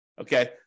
Okay